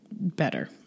better